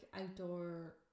outdoor